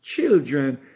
children